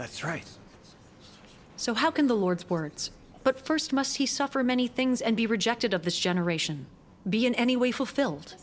that's right so how can the lord's words but st must he suffered many things and be rejected of this generation be in any way fulfilled